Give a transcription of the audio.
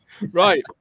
right